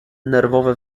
nerwowe